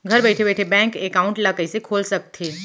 घर बइठे बइठे बैंक एकाउंट ल कइसे खोल सकथे?